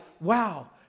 wow